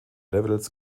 levels